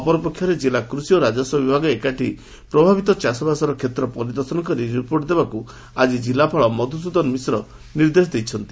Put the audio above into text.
ଅପରପକ୍ଷେ କିଲ୍ଲା କୃଷି ଓ ରାଜସ୍ୱ ବିଭାଗ ଏକାଠି ପ୍ରଭାବିତ ଚାଷବାସର କ୍ଷେତ୍ର ପରିଦର୍ଶନ କରି ରିପୋର୍ଟ ଦେବାକୁ ଆଜି ଜିଲ୍ଲାପାଳ ମଧୁସ୍ଦନ ମିଶ୍ର ନିର୍ଦ୍ଦେଶ ଦେଇଛନ୍ତି